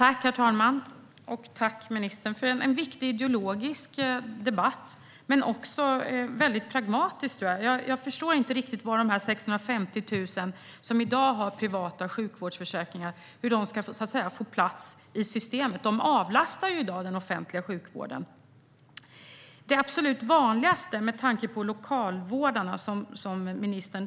Herr talman! Tack, ministern, för en debatt som är viktig ideologiskt men också väldigt pragmatisk. Jag förstår inte riktigt hur de 650 000 som i dag har privata sjukvårdsförsäkringar så att säga ska få plats i systemet. De avlastar ju i dag den offentliga sjukvården. Ministern tar lokalvårdare som exempel här.